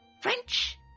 French